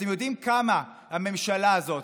אתם יודעים כמה הממשלה הזאת